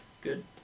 good